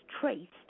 traced